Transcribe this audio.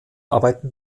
arbeiten